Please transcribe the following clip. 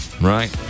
right